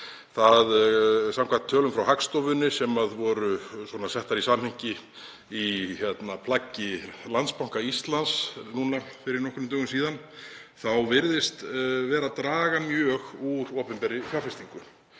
fram. Samkvæmt tölum frá Hagstofunni sem voru settar í samhengi í plaggi Landsbanka Íslands fyrir nokkrum dögum síðan þá virðist vera að draga mjög úr opinberri fjárfestingu.